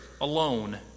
alone